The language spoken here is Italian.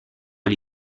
gli